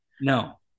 No